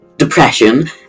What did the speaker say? Depression